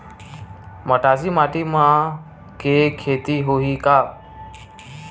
मटासी माटी म के खेती होही का?